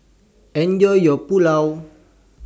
Enjoy your Pulao